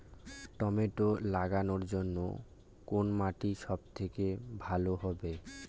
Tomato লাগানোর জন্যে কোন মাটি সব থেকে ভালো হবে?